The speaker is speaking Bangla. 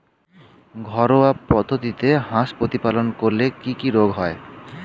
ঘরোয়া পদ্ধতিতে হাঁস প্রতিপালন করলে কি কি রোগ হয়?